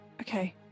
okay